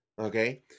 okay